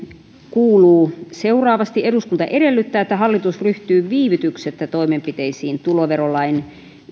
kuuluu seuraavasti eduskunta edellyttää että hallitus ryhtyy viivytyksettä toimenpiteisiin tuloverolain